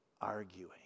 arguing